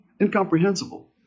incomprehensible